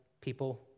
people